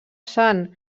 sant